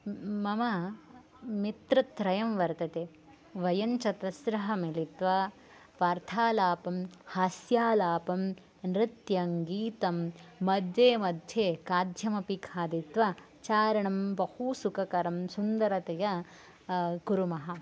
मम मित्रत्रयं वर्तते वयं चतस्रः मिलित्वा वार्तालापं हास्यालापं नृत्यं गीतं मध्ये मध्ये खाद्यम् अपि खादित्वा चारणं बहु सुखकरं सुन्दरतया कुर्मः